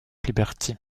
liberty